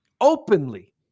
openly